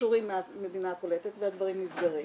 אישורים מהמדינה הקולטת והדברים נסגרים.